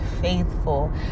faithful